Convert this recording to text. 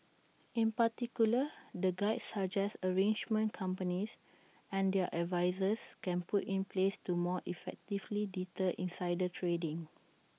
in particular the guide suggests arrangements companies and their advisers can put in place to more effectively deter insider trading